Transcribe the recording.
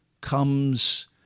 comes